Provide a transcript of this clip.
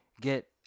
get